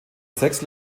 sechs